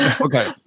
Okay